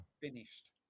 finished